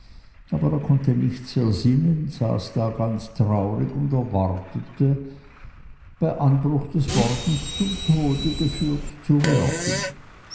aber er konnte nichts ersinnen saß da ganz traurig und erwartete bei anbruch des morgens zum tode geführt zu werden